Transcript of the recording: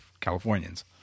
Californians